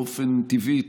באופן טבעי,